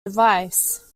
device